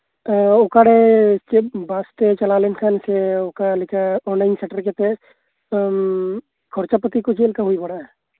ᱛᱳ ᱚᱠᱟᱨᱮ ᱪᱮᱫ ᱵᱟᱥ ᱛᱮ ᱪᱟᱞᱟᱣ ᱞᱮᱱᱠᱷᱟᱡ ᱚᱠᱟᱨᱮ ᱥᱮᱴᱮᱨ ᱠᱟᱛᱮᱜ ᱛᱳ ᱠᱷᱚᱨᱪᱟ ᱯᱟᱛᱤ ᱠᱚ ᱪᱮᱫ ᱞᱮᱠᱟ ᱦᱩᱭ ᱵᱟᱲᱟᱜᱼᱟ